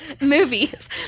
movies